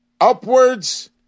upwards